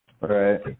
Right